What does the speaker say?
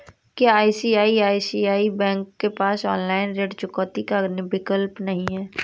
क्या ICICI bank के पास ऑनलाइन ऋण चुकौती का विकल्प नहीं है?